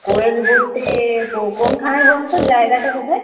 কোয়েল বলতে কো কোনখানের বলুন তো জায়গাটা কোথায়